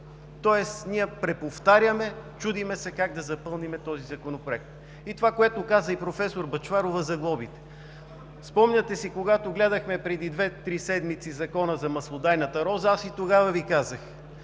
Тоест ние преповтаряме, чудим се как да запълним този законопроект. И това, което каза професор Бъчварова за глобите. Спомняте си, когато гледахме преди две-три седмици Закона за маслодайната роза, и тогава Ви казах: